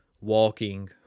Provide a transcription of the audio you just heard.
walking